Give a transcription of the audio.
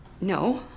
No